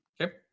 Okay